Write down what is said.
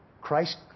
Christ